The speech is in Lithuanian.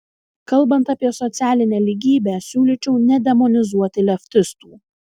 kalbant apie socialinę lygybę siūlyčiau nedemonizuoti leftistų